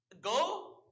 go